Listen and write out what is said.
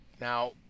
Now